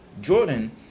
Jordan